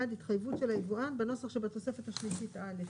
1. התחייבות של היבואן בנוסח שבתוספת השלישית א',